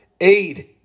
aid